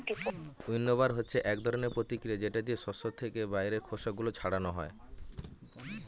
উইন্নবার হচ্ছে এক ধরনের প্রতিক্রিয়া যেটা দিয়ে শস্য থেকে বাইরের খোসা গুলো ছাড়ানো হয়